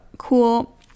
cool